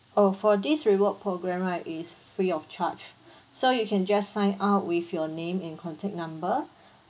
oh for this reward program right is free of charge so you can just sign up with your name and contact number